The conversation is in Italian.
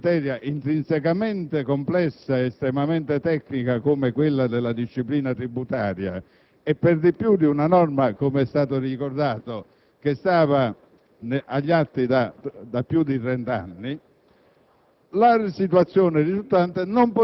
incertezza del diritto. Ovviamente, in questo caso, trattandosi di una materia intrinsecamente complessa e estremamente tecnica come quella della disciplina tributaria, e, per di più, di una norma che - come è stato ricordato - stava